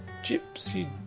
gypsy